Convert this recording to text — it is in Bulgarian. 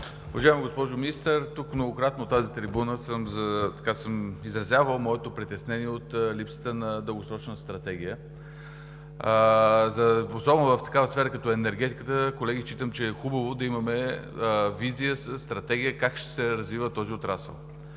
Уважаема госпожо Министър, многократно от тази трибуна съм изразявал моето притеснение от липсата на дългосрочна стратегия. Особено в такава сфера като енергетиката, колеги, считам, че е хубаво да имаме визия, стратегия как ще се развива този отрасъл.